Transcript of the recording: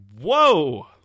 whoa